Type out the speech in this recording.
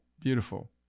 beautiful